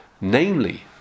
namely